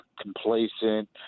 complacent